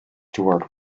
towards